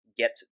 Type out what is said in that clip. get